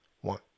One